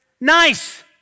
Nice